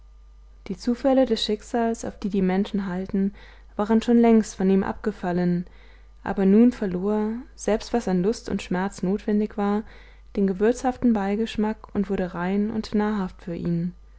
die zufälle des schicksals auf die die menschen halten waren schon längst von ihm abgefallen aber nun verlor selbst was an lust und schmerz notwendig war den gewürzhaften beigeschmack und wurde rein und nahrhaft für ihn